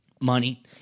money